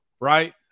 right